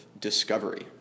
discovery